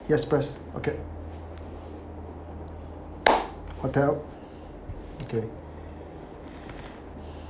yes press okay hotel okay